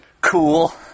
Cool